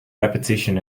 repetition